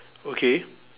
okay